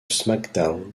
smackdown